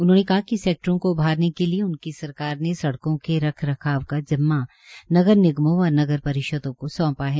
उन्होंने कहा कि सेक्टरों को उभारने के लिए उनकी सरकार ने सड़कों के रखरखाव का नगर निगमों व नगर परिषदों को सौंपा है